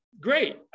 Great